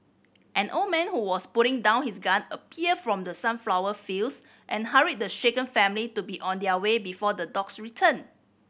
an old man who was putting down his gun appeared from the sunflower fields and hurried the shaken family to be on their way before the dogs return